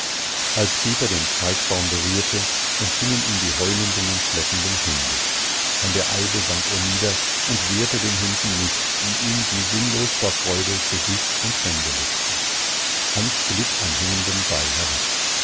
als peter den steigbaum berührte empfingen ihn die heulenden und kläffenden hunde an der eibe sank er nieder und wehrte den hunden nicht die ihm wie sinnlos vor freude gesicht und hände leckten hans glitt am hängenden seil herab